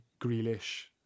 Grealish